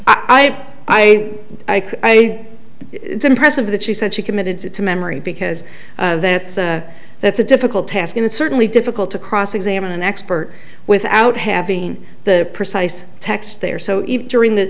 i i i i it's impressive that she said she committed to memory because that's a that's a difficult task and it's certainly difficult to cross examine an expert without having the precise text there so even during the